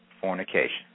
fornication